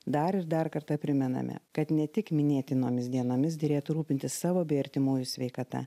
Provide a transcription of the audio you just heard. dar ir dar kartą primename kad ne tik minėtinomis dienomis derėtų rūpintis savo bei artimųjų sveikata